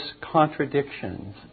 contradictions